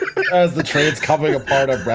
the train's coming apart around